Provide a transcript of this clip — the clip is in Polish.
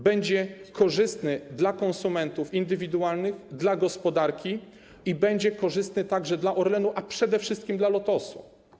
Będzie korzystny dla konsumentów indywidualnych, dla gospodarki i będzie korzystny także dla Orlenu, a przede wszystkim dla Lotosu.